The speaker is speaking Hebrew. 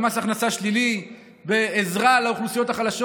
במס הכנסה שלילי ובעזרה לאוכלוסיות החלשות.